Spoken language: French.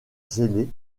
zélé